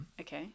Okay